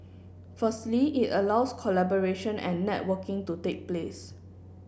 firstly it allows collaboration and networking to take place